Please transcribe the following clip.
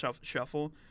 shuffle